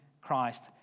Christ